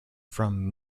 from